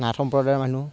নাথ সম্প্ৰদায়ৰ মানুহ